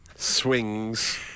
swings